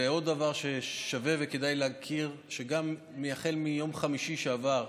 ועוד דבר ששווה וכדאי להכיר: גם החל מיום חמישי שעבר,